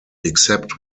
except